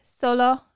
solo